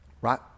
right